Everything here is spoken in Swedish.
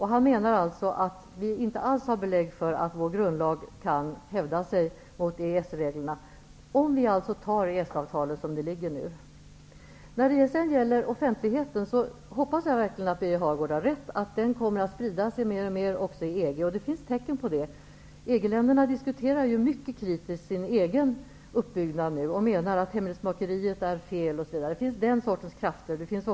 Han menar alltså att vi inte alls har belägg för att vår grundlag kan hävda sig mot EES reglerna om vi säger ja till EES-avtalet som det nu ligger. Jag hoppas att Birger Hagård har rätt när han säger att offentlighetsprincipen kommer att sprida sig mer och mer även i EG. Det finns tecken på detta. EG-länderna diskuterar ju mycket kritiskt sin egen uppbyggnad och menar att hemlighetsmakeriet är fel. Den sortens krafter finns.